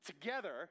together